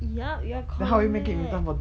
yup you are correct